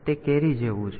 તેથી તે કેરી જેવું છે